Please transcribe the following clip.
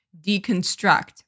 deconstruct